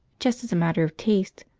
just as a matter of taste,